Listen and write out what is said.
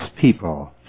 people